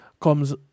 comes